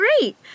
great